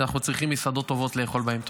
ואנחנו צריכים מסעדות טובות לאכול בהן.